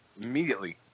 immediately